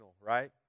right